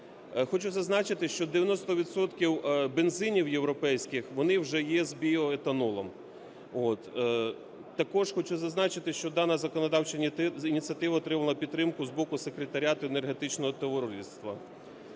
Хочу зазначити, зо 90 відсотків бензинів європейських, вони вже є з біоетанолом, от. Також хочу зазначити, що дана законодавча ініціатива отримала підтримку з боку секретаріату Енергетичного товариства,